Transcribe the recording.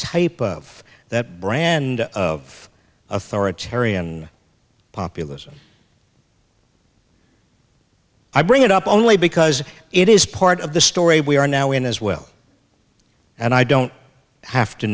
type of that brand of authoritarian populism i bring it up only because it is part of the story we are now in as well and i don't have to